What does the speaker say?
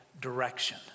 direction